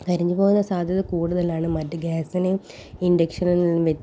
കരിഞ്ഞ് പോകാൻ സാധ്യത കൂടുതലാണ് മറ്റേ ഗ്യാസിനെ ഇൻഡക്ഷനിൽ നിന്ന് വ്യത്യാസം